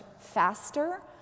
faster